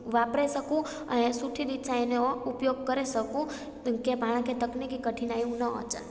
वापरे सघूं ऐं सुठी रीत सां ई हिनजो उपयोग करे सघूं की पाण खे तकनीकी कठिनायूं न अचनि